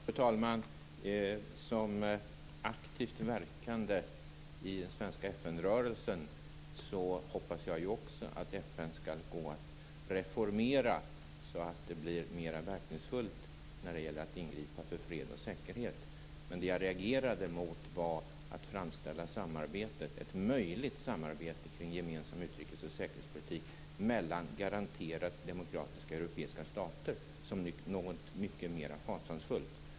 Fru talman! Som aktivt verkande i den svenska FN-rörelsen hoppas jag att det skall gå att reformera FN så att FN kan bli mer verkningsfullt när det gäller att ingripa för fred och säkerhet. Jag reagerade mot framställningen av ett möjligt samarbete kring en gemensam utrikes och säkerhetspolitik mellan garanterat demokratiska europeiska stater som något mer fasansfullt.